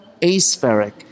aspheric